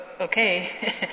okay